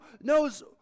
knows